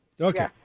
Okay